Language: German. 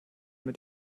mit